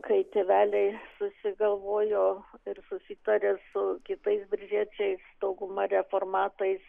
kai tėveliai susigalvojo ir susitarė su kitais biržiečiais dauguma reformatais